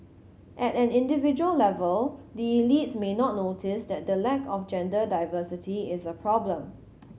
at an individual level the elites may not notice that the lack of gender diversity is a problem